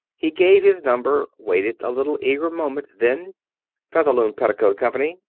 he gave his number, waited a little eager moment, then featherloom petticoat company?